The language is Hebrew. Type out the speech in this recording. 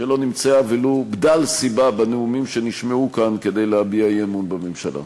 שלא נמצא ולו בדל סיבה בנאומים שנשמעו כאן כדי להביע אי-אמון בממשלה.